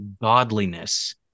godliness